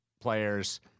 players